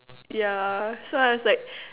yeah so I was like